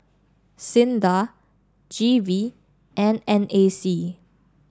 SINDA G V and N A C